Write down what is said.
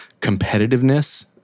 competitiveness